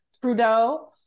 Trudeau